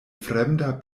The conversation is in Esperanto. fremda